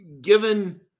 given